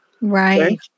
right